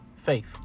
faith